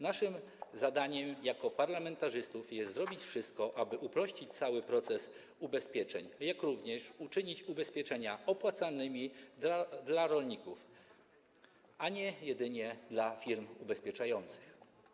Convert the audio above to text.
Naszym zadaniem jako parlamentarzystów jest zrobić wszystko, aby uprościć cały system ubezpieczeń, jak również uczynić ubezpieczenia opłacalnymi dla rolników, a nie jedynie dla firm ubezpieczających.